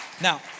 Now